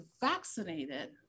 vaccinated